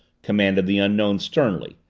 commanded the unknown sternly,